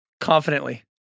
confidently